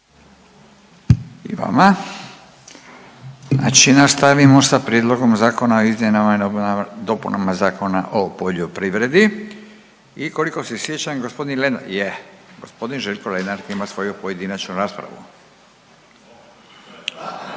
Znači nastavimo sa Prijedlogom zakona o izmjenama i dopunama Zakona o poljoprivredi. I koliko se sjećam gospodin Lenart je. Gospodin Željko Lenart ima svoju pojedinačnu raspravu.